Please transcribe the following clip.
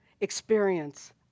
experience